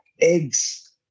eggs